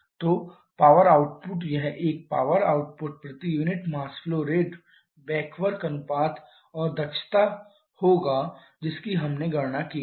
तो power output यह एक पावर आउटपुट प्रति unit mass flow rate back work अनुपात और चक्र दक्षता होगा जिसकी हमने गणना की है